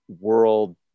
world